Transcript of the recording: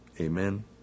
Amen